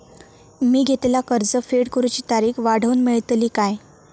मी घेतलाला कर्ज फेड करूची तारिक वाढवन मेलतली काय?